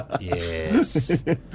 Yes